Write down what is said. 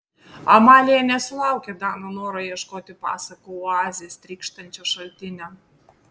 amalija nesulaukė dano noro ieškoti pasakų oazės trykštančio šaltinio